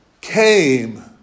came